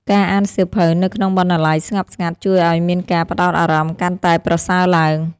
ការអានសៀវភៅនៅក្នុងបណ្ណាល័យស្ងប់ស្ងាត់ ជួយឱ្យមានការផ្តោតអារម្មណ៍កាន់តែប្រសើរឡើង។